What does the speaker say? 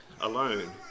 alone